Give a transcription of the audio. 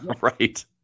Right